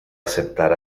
aceptar